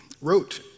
wrote